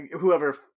Whoever